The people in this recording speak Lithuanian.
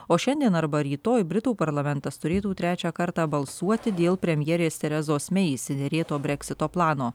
o šiandien arba rytoj britų parlamentas turėtų trečią kartą balsuoti dėl premjerės terezos mei išsiderėto breksito plano